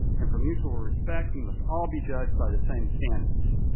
and for mutual respect, we must all be judged by the same standards.